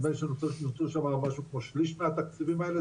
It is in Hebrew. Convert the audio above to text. נדמה לי שנוצלו שם משהו כמו שליש מהתקציבים האלה,